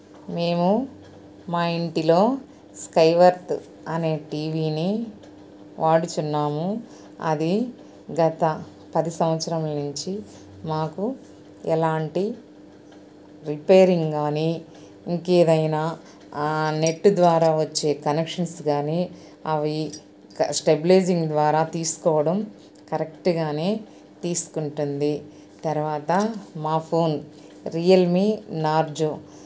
మేము మా ఇంటిలో స్కైవర్త్ అనే టీవీని వాడుచున్నాము అది గత పది సంవత్సరములనించి మాకు ఎలాంటి రిపేరింగ్ కాని ఇంకేదైనా నెట్ ద్వారా వచ్చే కనెక్షన్స్ కాని అవి స్టెబిలైజింగ్ ద్వారా తీసుకోవడం కరెక్ట్గానే తీసుకుంటుంది తర్వాత మా ఫోన్ రియల్మీ నార్జో